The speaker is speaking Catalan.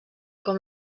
com